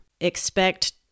expect